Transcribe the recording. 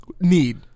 Need